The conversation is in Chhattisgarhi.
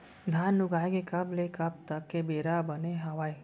धान उगाए के कब ले कब तक के बेरा बने हावय?